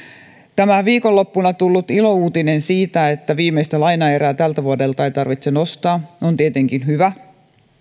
tämä viikonloppuna tullut ilouutinen siitä että viimeistä lainaerää tältä vuodelta ei tarvitse nostaa on tietenkin hyvä